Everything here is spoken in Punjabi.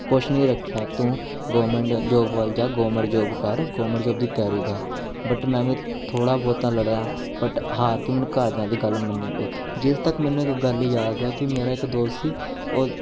ਕੁਛ ਨਹੀਂ ਰੱਖਿਆ ਤੂੰ ਗੌਰਮੈਂਟ ਜੋਬ ਵੱਲ ਜਾ ਗੌਰਮੈਂਟ ਜੋਬ ਕਰ ਗੌਰਮੈਂਟ ਜੋਬ ਦੀ ਤਿਆਰੀ ਕਰ ਬਟ ਮੈਂ ਵੀ ਥੋੜ੍ਹਾ ਬਹੁਤਾ ਲੜਿਆ ਬਟ ਹਾਰ ਕੇ ਮੈਨੂੰ ਘਰ ਦਿਆਂ ਦੀ ਗੱਲ ਮੰਨਣੀ ਪਈ ਜਿਥੋਂ ਤੱਕ ਮੈਨੂੰ ਇੱਕ ਗੱਲ ਯਾਦ ਹੈ ਕਿ ਮੇਰਾ ਇੱਕ ਦੋਸਤ ਸੀ ਉਹ